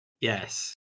Yes